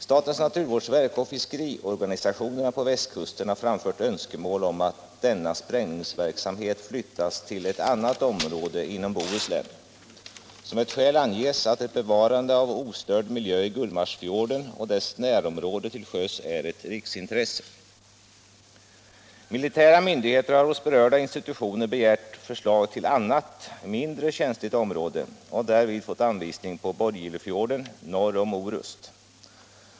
Statens naturvårdsverk och fiskeriorganisationerna på västkusten har framfört önskemål om att denna sprängningsverksamhet flyttas till ett annat område inom Bohuslän. Som ett skäl anges att ett bevarande av ostörd miljö i Gullmarsfjorden och dess närområde till sjöss är ett riksintresse. Militära myndigheter har hos berörda institutioner begärt förslag till annat, mindre känsligt område och därvid fått anvisning på Borgilefjorden norr om Orust.